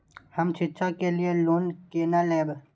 हम शिक्षा के लिए लोन केना लैब?